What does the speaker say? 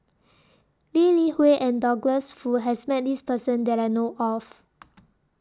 Lee Li Hui and Douglas Foo has Met This Person that I know of